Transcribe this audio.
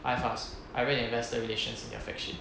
ifast I read the investor relations and their fact sheet